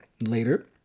later